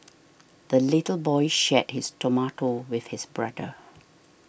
the little boy shared his tomato with his brother